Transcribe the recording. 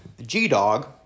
G-Dog